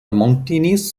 mountainous